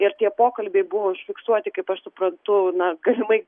ir tie pokalbiai buvo užfiksuoti kaip aš suprantu na galimai